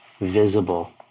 visible